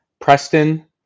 Preston